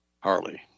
Harley